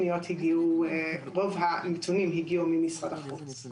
רוב הנתונים הגיעו ממשרד החוץ.